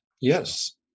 Yes